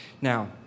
Now